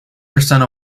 percent